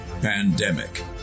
pandemic